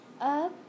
up